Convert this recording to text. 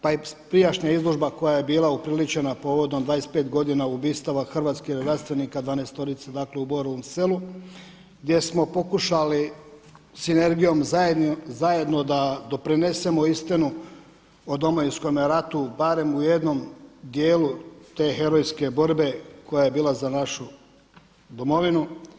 Pa i prijašnja izložba koja je bila upriličena povodom 25 godina ubistava hrvatskih redarstvenika, 12-orice dakle u Borovom Selu, gdje smo pokušali sinergijom zajedno da doprinesemo istinu o Domovinskome ratu barem u jednom dijelu te herojske borbe koja je bila za našu domovinu.